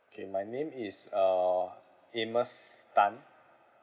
K my name is uh amos tan